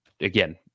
Again